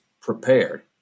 prepared